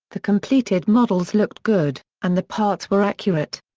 the completed models looked good, and the parts were accurate.